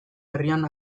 herrian